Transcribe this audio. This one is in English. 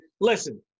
Listen